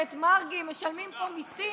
ומרגי: משלמים פה מיסים.